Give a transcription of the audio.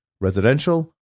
residential